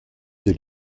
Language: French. des